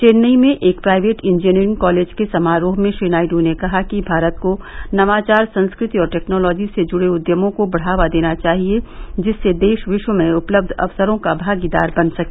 चेन्नई में एक private engineering college के समारोह में श्री नायडू ने कहा कि भारत को नवाचार संस्कृति और टेक्नॉलोजी से जुड़े उद्यमों को बढ़ावा देना चाहिए जिससे देश विश्व में उपलब्ध अवसरों का भागीदार बन सके